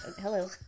Hello